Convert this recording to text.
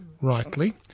rightly